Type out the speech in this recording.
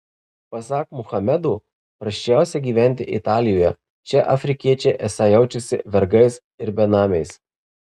pasak muhamedo prasčiausia gyventi italijoje čia afrikiečiai esą jaučiasi vergais ir benamiais